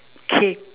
cake